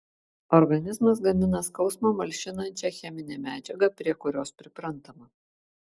organizmas gamina skausmą malšinančią cheminę medžiagą prie kurios priprantama